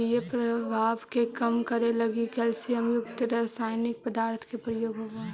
अम्लीय प्रभाव के कम करे लगी कैल्सियम युक्त रसायनिक पदार्थ के प्रयोग होवऽ हई